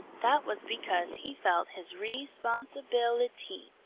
that was because he felt his re-sponsi-bil-ity.